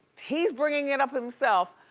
he's bringing it up himself.